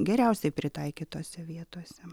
geriausiai pritaikytose vietose